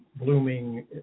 blooming